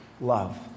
love